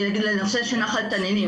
לנושא של נחל תנינים.